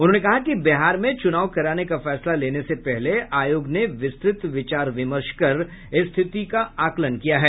उन्होंने कहा कि बिहार में चूनाव कराने का फैसला लेने से पहले आयोग ने विस्तृत विचार विमर्श कर स्थिति का आकलन किया है